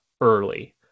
early